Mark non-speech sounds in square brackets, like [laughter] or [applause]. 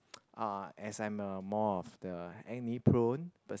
[noise] uh as I'm more of the acne prone per~